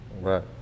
Right